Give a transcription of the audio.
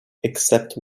except